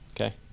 okay